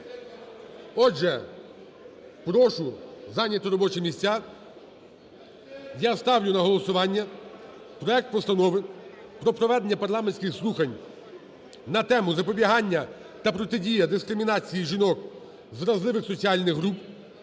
Отже, прошу зайняти робочі місця, я ставлю на голосування проект Постанови про проведення парламентських слухань на тему: "Запобігання та протидія дискримінації жінок вразливих соціальних груп"